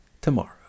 tomorrow